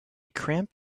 cramp